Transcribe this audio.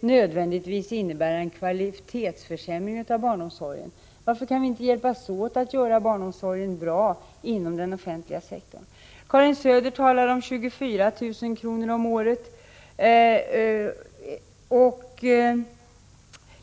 nödvändigtvis innebär en kvalitetsförsämring av barnomsorgen. Varför kan vi inte hjälpas åt att göra barnomsorgen inom den offentliga sektorn bra? Karin Söder talar om 24 000 kr. om året.